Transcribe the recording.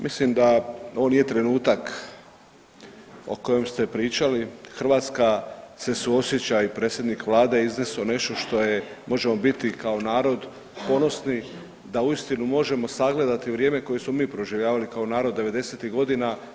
Mislim da ovo nije trenutak o kojem ste pričali, Hrvatska se suosjeća i predsjednik vlade je izneso nešto što je, možemo biti kao narod ponosni da uistinu možemo sagledati vrijeme koje smo mi proživljavali kao narod '90.-tih godina.